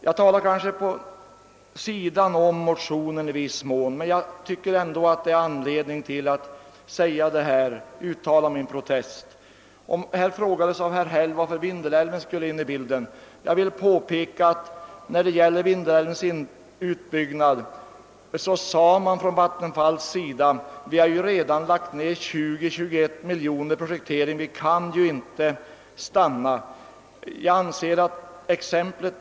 Jag talar kanske i viss mån utanför det ämne som avhandlas i motionen, men jag tycker ändå, att det finns anledning att säga detta och att uttala min protest, Herr Häll frågade varför man skulle dra in Vindelälven i bilden här. Jag vill påpeka att vad beträffar Vindelälvens utbyggnad sade man från Vattenfalls sida: Vi har ju redan lagt ned tjugo, tjugoen miljoner kronor på projektering och vi kan därför inte gärna stanna vid det.